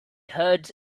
heard